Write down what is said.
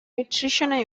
nutritional